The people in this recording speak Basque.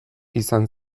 izan